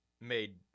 made